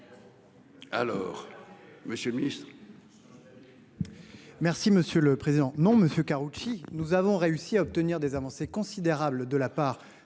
Alors. Monsieur le Ministre.